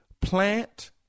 plant